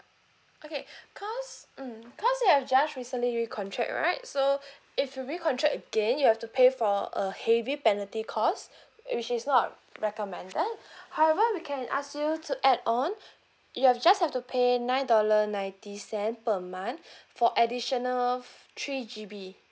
okay because mm cause you have just recently recontract right so if you recontract again you have to pay for a heavy penalty cost which is not recommended however we can ask you to add on you'll just have to pay nine dollar ninety cent per month for additional three G_B